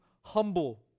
humble